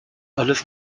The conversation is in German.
alles